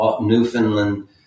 Newfoundland